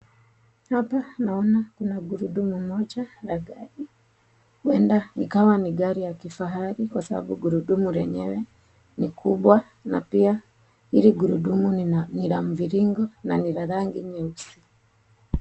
Gurundumu moja la gari, huenda ikawa ni gari ya kifahari kwa sababu gurundumu lenyewe ni kubwa, la mviringo na ni la rangi nyeusi.